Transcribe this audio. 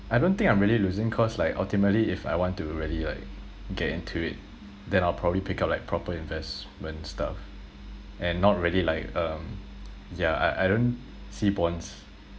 I don't think I'm really losing cause like ultimately if I want to really like get into it then I'll probably pick up like proper investment stuff and not really like um yeah I I don't see bonds